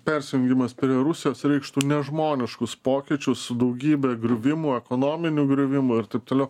persijungimas prie rusijos reikštų nežmoniškus pokyčius daugybę griuvimo ekonominių griuvimų ir taip toliau